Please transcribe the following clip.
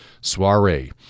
soiree